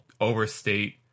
overstate